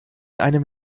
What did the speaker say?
einem